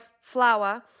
flour